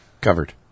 covered